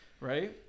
Right